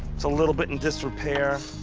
it's a little bit in disrepair.